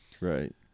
Right